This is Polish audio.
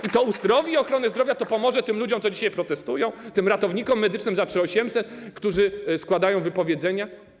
I to uzdrowi ochronę zdrowia, to pomoże tym ludziom, co dzisiaj protestują, tym ratownikom medycznym za 3800 zł, którzy składają wypowiedzenia?